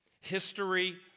History